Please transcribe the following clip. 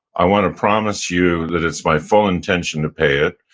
i want to promise you that it's my full intention to pay it.